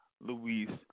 Luis